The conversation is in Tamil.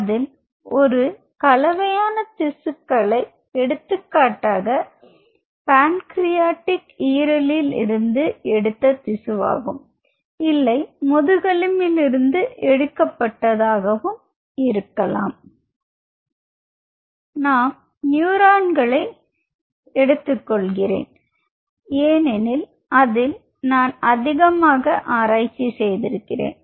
அதில் ஒரு கலவையான திசுக்கள் எடுத்துக்காட்டாக பான் கிரீடிக் ஈரலில் இருந்து எடுத்த திசுவாகும் இல்லை முதுகெலும்பிலிருந்து எடுக்கப்பட்டதாகவும் இருக்கலாம் நான் நியூரான்களில் எடுத்து கொள்கிறேன் ஏனெனில் அதில் நான் அதிகமாக ஆராய்ச்சி செய்திருக்கிறேன்